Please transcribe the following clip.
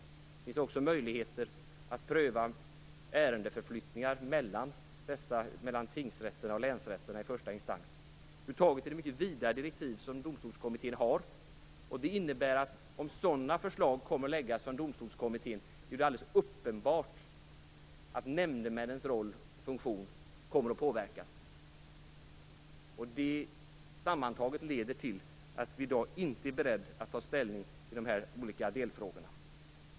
Det finns också möjligheter att pröva ärendeförflyttningar mellan tingsrätterna och länsrätterna i första instans. Över huvud taget är det mycket vida direktiv som Domstolskommittén har. Om sådana förslag kommer att läggas fram från Domstolskommittén är det helt uppenbart att nämndemännens roll och funktion kommer att påverkas. Detta sammantaget leder till att vi i dag inte är beredda att ta ställning i de här olika delfrågorna.